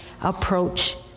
approach